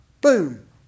Boom